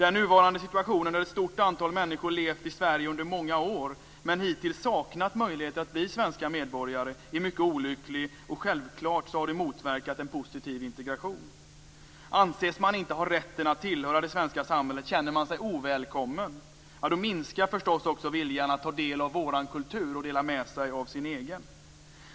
Den nuvarande situationen att ett stort antal människor har levt i Sverige under många år men hittills saknat möjlighet att bli svenska medborgare är mycket olycklig, och självklart har det motverkat en positiv integration. Anses man inte har rätten att tillhöra det svenska samhället känner man sig ovälkommen, och då minskar förstås också viljan att ta del av vår kultur och dela med sig av sin egen.